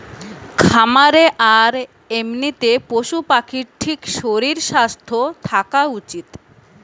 খামারে আর এমনিতে পশু পাখির ঠিক শরীর স্বাস্থ্য থাকা উচিত